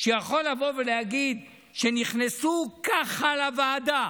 שיכול לבוא ולהגיד שנכנסו ככה לוועדה,